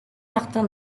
martin